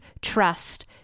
trust